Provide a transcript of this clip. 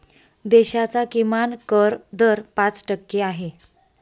देशाचा किमान कर दर पाच टक्के आहे